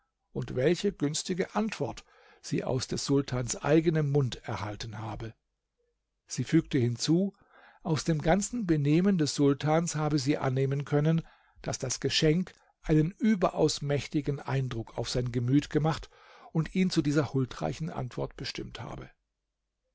und welche günstige antwort sie aus des sultans eigenem mund erhalten habe sie fügte hinzu aus dem ganzen benehmen des sultans habe sie annehmen können daß das geschenk einen überaus mächtigen eindruck auf sein gemüt gemacht und ihn zu dieser huldreichen antwort bestimmt habe